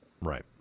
Right